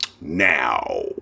Now